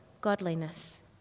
godliness